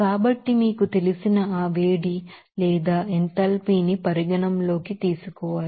కాబట్టి మీకు తెలిసిన ఆ వేడి లేదా ఎంథాల్పీ ని పరిగణనలోకి తీసుకోవాలి